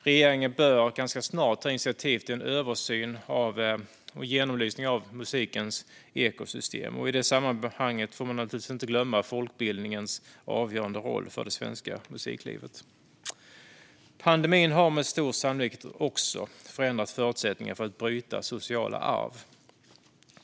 Regeringen bör ganska snart ta initiativ till en översyn och genomlysning av musikens ekosystem. I detta sammanhang får man naturligtvis inte glömma folkbildningens avgörande roll för det svenska musiklivet. Pandemin har med stor sannolikhet också förändrat förutsättningarna för att bryta sociala arv.